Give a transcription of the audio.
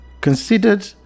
considered